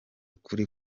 ukuri